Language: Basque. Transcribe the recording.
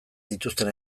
dituzten